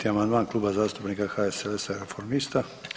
40. amandman Kluba zastupnika HSLS-a i Reformista.